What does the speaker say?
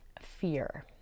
fear